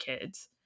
kids